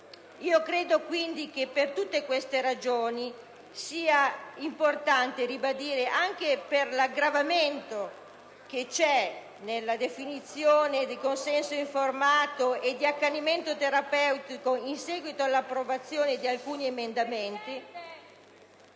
Credo quindi che, per tutte queste ragioni, sia importante ribadire, anche per l'aggravamento nella definizione di consenso informato e di accanimento terapeutico, in seguito all'approvazione di alcuni emendamenti*...*